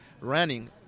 running